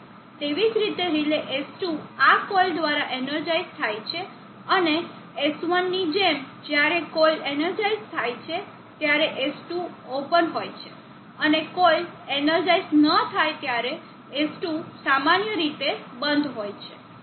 તેવી જ રીતે રિલે S2 આ કોઇલ દ્વારા એનર્જાઇસ થાય છે અને S1 ની જેમ જ્યારે કોઇલ એનર્જાઇસ થાય છે ત્યારે S2 ઓપન હોય છે અને કોઇલ એનર્જાઇસ ન થાય ત્યારે S2 સામાન્ય રીતે બંધ હોય છે